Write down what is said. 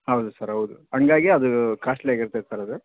ಹೌದು ಸರ್ ಹೌದು ಹಂಗಾಗಿ ಅದು ಕಾಸ್ಟ್ಲಿ ಆಗಿರತ್ತೆ ಸರ್ ಅದು